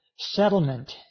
settlement